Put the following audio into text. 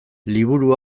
liburu